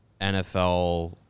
NFL